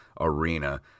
arena